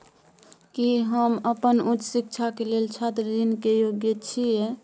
की हम अपन उच्च शिक्षा के लेल छात्र ऋण के योग्य छियै?